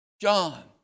John